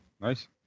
Nice